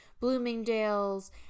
Bloomingdale's